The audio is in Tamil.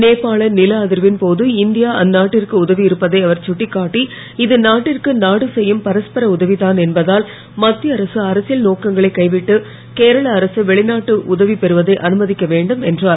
நேபாள நிலஅதிர்வின் போது இந்தியா அந்நாட்டிற்கு உதவியிருப்பதை அவர் சுட்டிக்காட்டி இது நாட்டிற்கு நாடு செய்யும் பரஸ்பர உதவி தான் என்பதால் மத்திய அரசு அரசியல் நோக்கங்களை கைவிட்டு கேரள அரசு வெளிநாட்டு உதவி பெறுவதை அனுமதிக்க வேண்டும் என்றார்